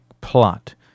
plot